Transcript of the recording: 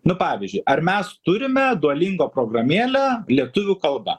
nu pavyzdžiui ar mes turime dualingva programėlę lietuvių kalba